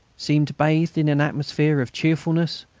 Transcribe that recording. seemed bathed in an atmosphere of cheerfulness,